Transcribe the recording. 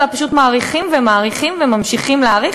אלא פשוט מאריכים ומאריכים וממשיכים להאריך.